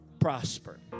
prosper